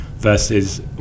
versus